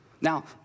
Now